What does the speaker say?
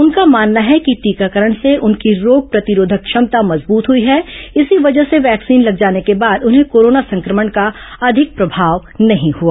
उनका मानना है कि टीकाकरण से उनकी रोग प्रतिरोधक क्षमता मजबूत हुई है इसी वजह से वैक्सीन लग जाने के बाद उन्हें कोरोना संक्रमण का अधिक प्रभाव नहीं हुआ